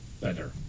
better